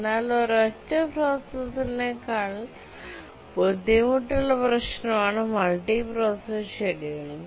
എന്നാൽ ഒരൊറ്റ പ്രോസസറിനേക്കാൾ ബുദ്ധിമുട്ടുള്ള പ്രശ്നമാണ് മൾട്ടിപ്രോസസർ ഷെഡ്യൂളിംഗ്